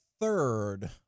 third